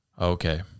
okay